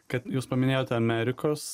kad jūs paminėjote amerikos